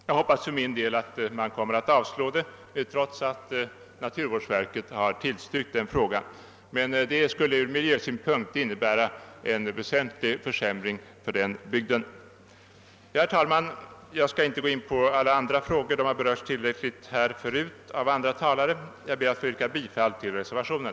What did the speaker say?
Jag hoppas för min del att denna ansökan kommer att avslås, trots att naturvårdsverket har tillstyrkt uppförandet. En fläskfabrik som förlades dit skulle från miljösynpunkt innebära en väsentlig försämring för den bygden. Herr talman! Jag skall här inte gå in på alla andra frågor; de har berörts tillräckligt mycket här förut av andra talare. Jag ber att få yrka bifall till reservationen.